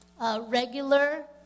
regular